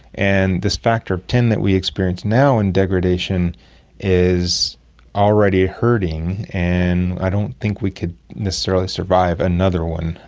and this factor of ten that we experience now in degradation is already hurting, and i don't think we could necessarily survive another one,